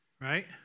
right